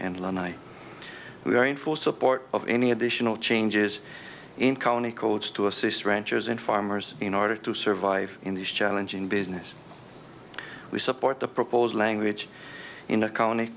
night we are in for support of any additional changes in county codes to assist ranchers and farmers in order to survive in these challenging business we support the proposed language in the count